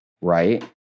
right